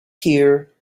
here